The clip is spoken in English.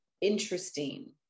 interesting